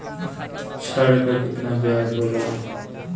ऋण के कितना ब्याज होला?